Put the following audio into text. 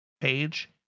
page